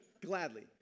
Gladly